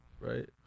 right